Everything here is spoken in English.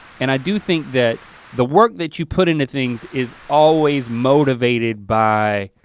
and i do think that the work that you put into things is always motivated by